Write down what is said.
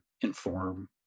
inform